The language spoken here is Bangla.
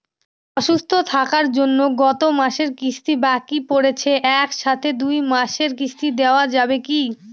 অসুস্থ থাকার জন্য গত মাসের কিস্তি বাকি পরেছে এক সাথে দুই মাসের কিস্তি দেওয়া যাবে কি?